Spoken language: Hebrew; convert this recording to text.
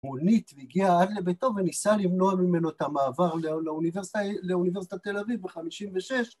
מונית והגיע עד לביתו וניסה למנוע ממנו את המעבר לאוניברסיטת תל אביב ב-56'